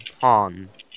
pawns